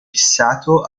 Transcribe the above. fissato